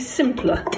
simpler